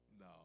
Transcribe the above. No